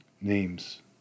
names